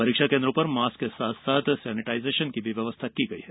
परीक्षा केन्द्रों पर मास्क के साथ ही सेनेटाइजेशन की व्यवस्था भी की गई है